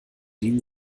denen